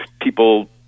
people